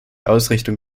ausrichtung